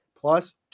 Plus